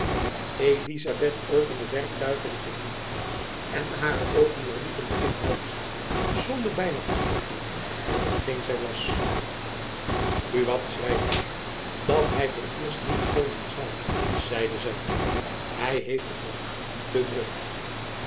elizabeth opende werktuigelijk den brief en hare oogen doorliepen den inhoud zonder byna acht te geven op hetgeen zy las buat schrijft my dat hy vooreerst niet komen kan zeide zy toen hy heeft het nog te druk